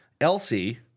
Elsie